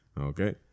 Okay